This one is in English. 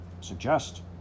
Suggest